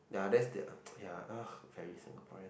ya that's the um very singaporean